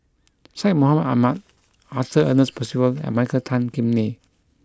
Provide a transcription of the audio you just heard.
Syed Mohamed Ahmed Arthur Ernest Percival and Michael Tan Kim Nei